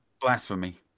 Blasphemy